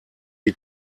die